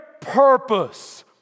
purpose